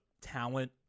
talent